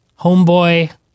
homeboy